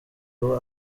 abo